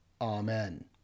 Amen